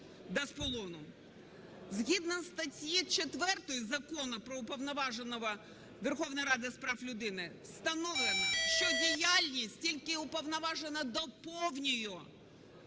Згідно статті 4 Закону "Про Уповноваженого Верховної Ради з прав людини" встановлено, що діяльність тільки Уповноваженого, доповнюю,